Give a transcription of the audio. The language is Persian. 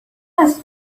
است